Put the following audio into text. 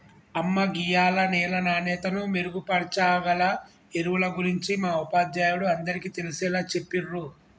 అమ్మ గీయాల నేల నాణ్యతను మెరుగుపరచాగల ఎరువుల గురించి మా ఉపాధ్యాయుడు అందరికీ తెలిసేలా చెప్పిర్రు